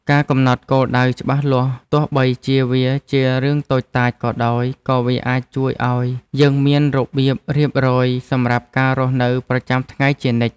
ការកំណត់គោលដៅច្បាស់លាស់ទោះបីជាវាជារឿងតូចតាចក៏ដោយក៏វាអាចជួយឱ្យយើងមានរបៀបរៀបរយសម្រាប់ការរស់នៅប្រចាំថ្ងៃជានិច្ច។